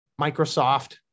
Microsoft